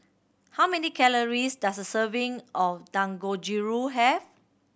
how many calories does a serving of Dangojiru have